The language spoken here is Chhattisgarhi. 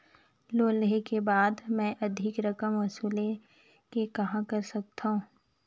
लोन लेहे के बाद मे अधिक रकम वसूले के कहां कर सकथव?